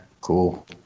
cool